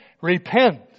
Repent